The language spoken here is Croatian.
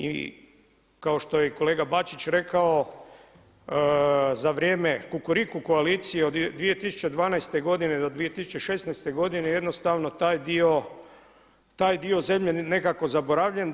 I kao što je kolega Bačić rekao za vrijeme Kukuriku koalicije od 2012. godine do 2016. godine jednostavno taj dio zemlje je nekako zaboravljen.